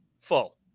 full